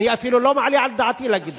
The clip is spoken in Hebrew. אני אפילו לא מעלה על דעתי להגיד דבר כזה.